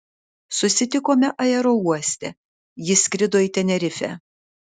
susitikome aerouoste ji skrido į tenerifę